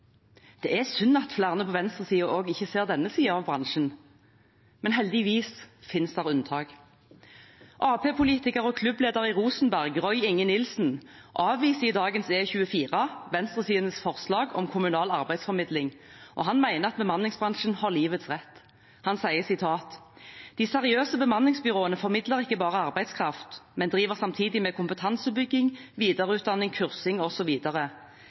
Det er synd at ikke flere på venstresiden også ser denne siden av bransjen. Men heldigvis finnes det unntak. Arbeiderparti-politiker og klubbleder i Rosenberg, Roy Inge Nilsen, avviser i dagens E24 venstresidens forslag om kommunal arbeidsformidling, og han mener at bemanningsbransjen har livets rett. Han sier: «De seriøse bemanningsbyråene formidler ikke bare arbeidskraft, men driver samtidig med kompetansebygging, videreutdanning, kursing